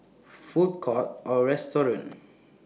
Food Courts Or restaurants